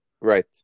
Right